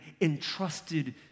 entrusted